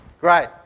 Great